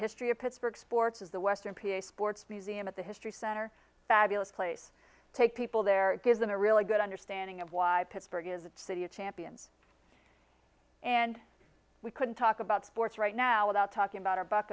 history of pittsburgh sports is the western p a sports museum at the history center fabulous place take people there it gives them a really good understanding of why pittsburgh is a city of champions and we could talk about sports right now without talking about a buck